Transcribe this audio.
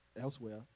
elsewhere